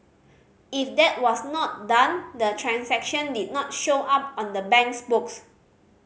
if that was not done the transaction did not show up on the bank's books